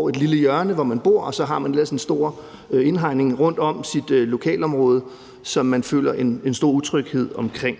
nu et lille hjørne, hvor man bor, og så har man ellers en stor indhegning rundt om sit lokalområde. Det føler man en stor utryghed over.